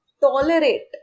tolerate